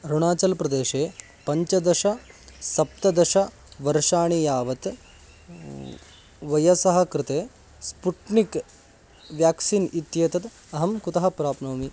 अरुणाचलप्रदेशे पञ्चदश सप्तदश वर्षाणि यावत् वयसः कृते स्पुट्निक् व्याक्सीन् इत्येतत् अहं कुतः प्राप्नोमि